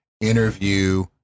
interview